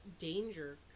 danger